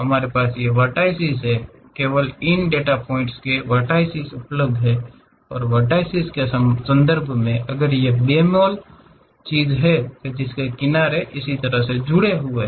हमारे पास ये वेर्टाइसिस हैं केवल इन डेटा पॉइंट्स के वेर्टाइसिस उपलब्ध हैं और वेर्टाइसिस के संदर्भ में अगर यह बेमेल है जो की इस किनारों की तरह जुड़े हुए हैं